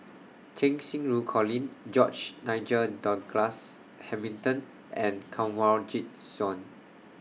Cheng Xinru Colin George Nigel Douglas Hamilton and Kanwaljit Soin